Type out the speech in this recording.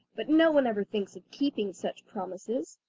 but no one ever thinks of keeping such promises.